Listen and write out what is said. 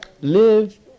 live